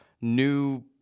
new